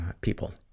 people